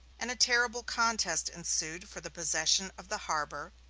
and a terrible contest ensued for the possession of the harbor,